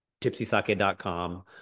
tipsysake.com